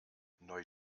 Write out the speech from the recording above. neu